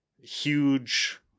huge